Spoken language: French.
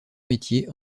métiers